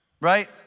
right